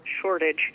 shortage